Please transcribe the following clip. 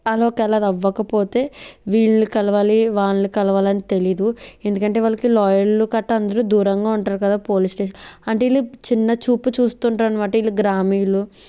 అలా ఒకవేళ అది అవ్వకపోతే వీళ్ళు కలవాలి వాళ్ళు కలవాలి అని తెలిదు ఎందుకంటే వాళ్ళకి లాయర్లు గట్రా అందరు దూరంగా ఉంటారు కదా పోలీస్ స్టేషన్ అంటే వీళ్ళు చిన్న చూపు చూస్తుంటారు అన్మాట వీళ్ళు గ్రామీణులు